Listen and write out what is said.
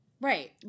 Right